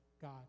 God